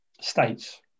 states